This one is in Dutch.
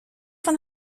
van